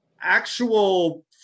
actual